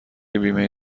بیمه